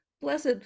blessed